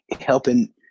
helping